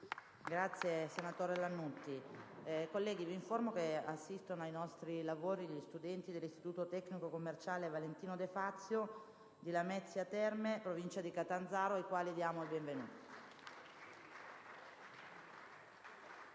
apre una nuova finestra"). Colleghi, vi informo che assistono ai nostri lavori gli studenti dell'Istituto tecnico commerciale «Valentino De Fazio» di Lamezia Terme, in provincia di Catanzaro, ai quali diamo il benvenuto*.